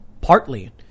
partly